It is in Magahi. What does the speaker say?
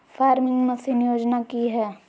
फार्मिंग मसीन योजना कि हैय?